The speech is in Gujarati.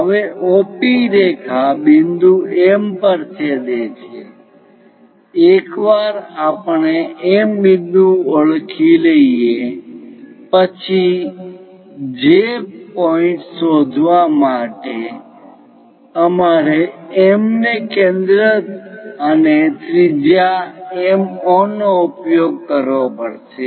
હવે OP રેખા બિંદુ M પર છેદે છે એકવાર આપણે M બિંદુ ઓળખી લઈએ પછી J પોઇન્ટ શોધવા માટે અમારે M ને કેન્દ્ર અને ત્રિજ્યા MO નો ઉપયોગ કરવો પડશે